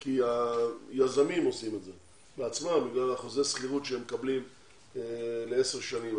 כי היזמים עושים את זה בעצמם בגלל חוזה השכירות שהם מקבלים לעשר שנים.